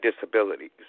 disabilities